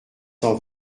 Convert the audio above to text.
cent